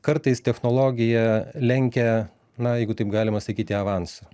kartais technologija lenkia na jeigu taip galima sakyti avansu